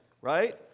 right